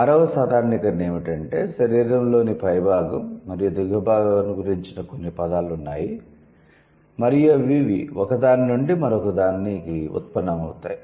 ఆరవ సాధారణీకరణ ఏమిటంటే శరీరంలోని పై భాగం మరియు దిగువ భాగాన్ని గురించిన కొన్ని పదాలు ఉన్నాయి మరియు అవి ఒక దాని నుండి మరొక దానికి ఉత్పన్నం అవుతాయి